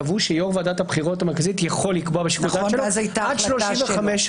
קבעו שיו"ר ועדת הבחירות המרכזית יכול לקבוע עד 35%,